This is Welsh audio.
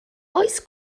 oes